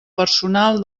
personal